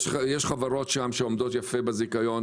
יש חברות שעומדות יפה בזיכיון,